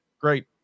great